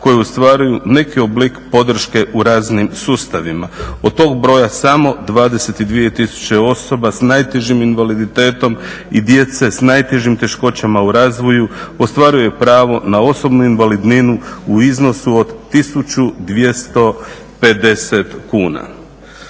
koji ostvaruju neki oblik podrške u raznim sustavima. Od tog broja samo 22.000 osoba sa najtežim invaliditetom i djece s najtežim teškoćama u razvoju ostvaruje pravo na osobnu invalidninu u iznosu od 1.250 kuna".